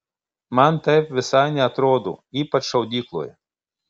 man taip visai neatrodo ypač šaudykloje